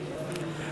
נתקבלו.